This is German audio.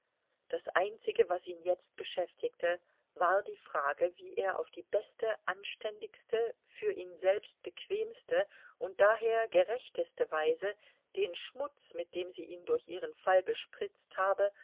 das einzige was ihn jetzt beschäftigte war die frage wie er auf die beste anständigste für ihn selbst bequemste und daher gerechteste weise den schmutz mit dem sie ihn durch ihren fall bespritzt habe